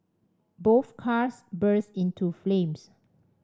both cars burst into flames